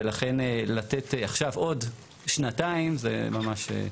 ולכן לתת עכשיו עוד שנתיים זה ממש,